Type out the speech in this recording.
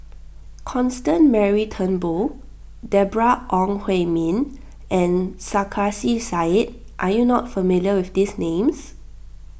Constance Mary Turnbull Deborah Ong Hui Min and Sarkasi Said are you not familiar with these names